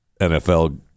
nfl